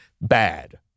Bad